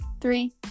Three